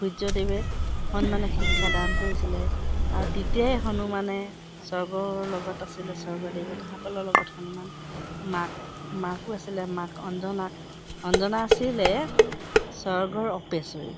সূৰ্যদেৱে হনুমানে শিক্ষা দান কৰিছিলে আৰু তেতিয়াই হনুমানে স্বৰ্গৰ লগত আছিলে স্বৰ্গদেৱতাসকলৰ লগত হনুমান মাক মাকো আছিলে মাক অঞ্জনাক অঞ্জনা আছিলে স্বৰ্গৰ অপেশ্বৰী